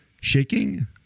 shaking